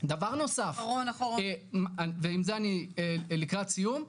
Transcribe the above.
דבר נוסף, ועם זה אני לקראת סיום,